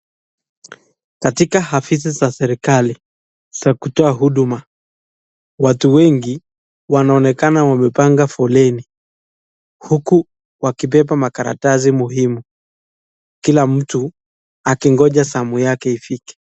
Katika afisi za serikali za kutoa huduma, watu wengi wanaonekana wamepanga foleni huku wakibeba makaratasi muhimu kila mtu akingoja zamu yake ifike.